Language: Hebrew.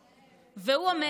והוא עומד כאן היום